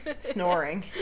snoring